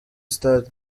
stade